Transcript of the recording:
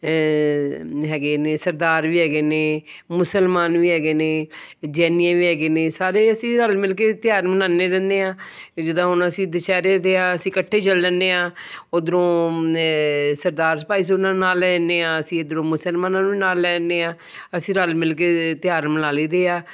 ਹੈਗੇ ਨੇ ਸਰਦਾਰ ਵੀ ਹੈਗੇ ਨੇ ਮੁਸਲਮਾਨ ਵੀ ਹੈਗੇ ਨੇ ਜੈਨੀਆਂ ਵੀ ਹੈਗੇ ਨੇ ਸਾਰੇ ਅਸੀਂ ਰਲ ਮਿਲ ਕੇ ਤਿਉਹਾਰ ਮਨਾਉਂਦੇ ਰਹਿੰਦੇ ਹਾਂ ਜਿੱਦਾਂ ਹੁਣ ਅਸੀਂ ਦੁਸਹਿਰੇ ਦੇ ਆ ਅਸੀਂ ਇਕੱਠੇ ਚੱਲ ਜਾਂਦੇ ਹਾਂ ਉਧਰੋਂ ਸਰਦਾਰ ਭਾਈ ਸੀ ਉਹਨਾਂ ਨਾਲ ਲੈ ਆਨੇ ਆ ਅਸੀਂ ਇੱਧਰੋਂ ਮੁਸਲਮਾਨਾਂ ਨੂੰ ਵੀ ਨਾਲ ਲੈ ਆਨੇ ਆ ਅਸੀਂ ਰਲ ਮਿਲ ਕੇ ਤਿਉਹਾਰ ਮਨਾ ਲਈਦੇ ਆ